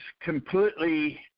completely